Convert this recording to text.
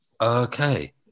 okay